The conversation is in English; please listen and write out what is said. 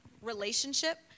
relationship